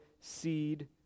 seed